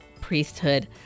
priesthood